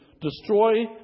destroy